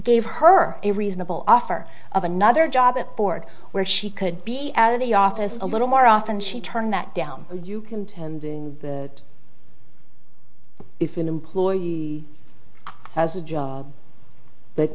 gave her a reasonable offer of another job a board where she could be out of the office a little more often she turned that down you can and in the if an employee has a job